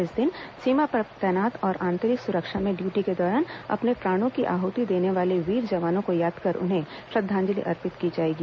इस दिन सीमा पर तैनात और आंतरिक सुरक्षा में ड्यूटी के दौरान अपने प्राणों की आहुति देने वाले वीर जवानों को याद कर उन्हें श्रद्धांजलि अर्पित की जाएगी